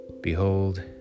Behold